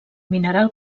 mineral